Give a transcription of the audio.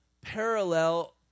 parallel